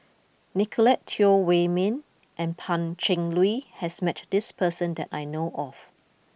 Nicolette Teo Wei Min and Pan Cheng Lui has met this person that I know of